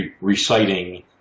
reciting